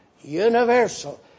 universal